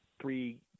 three